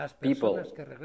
People